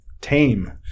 tame